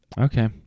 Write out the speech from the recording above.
Okay